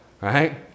right